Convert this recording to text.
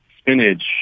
spinach